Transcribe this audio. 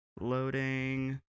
loading